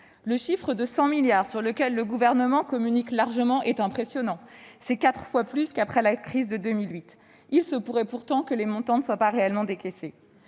Le chiffre de 100 milliards d'euros, sur lequel le Gouvernement communique largement, est impressionnant ; c'est quatre fois plus qu'après la crise de 2008. Il se pourrait pourtant que les montants ne soient pas réellement décaissés.